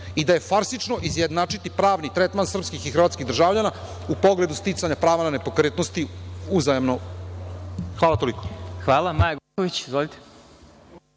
i da je farsično izjednačiti pravni tretman srpskih i hrvatskih državljana u pogledu sticanja prava nepokretnosti uzajamno. Hvala, toliko. **Vladimir Marinković** Hvala. Reč